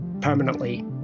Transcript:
permanently